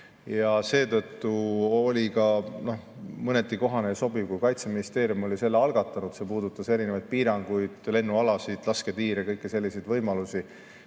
Ja seetõttu oli ka mõneti kohane ja sobiv, kuna Kaitseministeeriumil, kes oli selle algatanud – see puudutas erinevaid piiranguid, lennualasid, lasketiire ja kõiki selliseid võimalusi